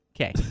Okay